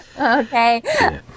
Okay